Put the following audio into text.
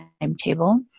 timetable